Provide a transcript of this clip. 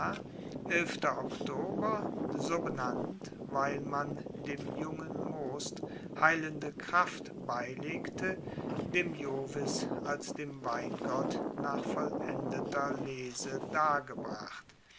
so benannt weil man dem jungen most heilende kraft beilegte dem jovis als dem weingott nach vollendeter lese dargebracht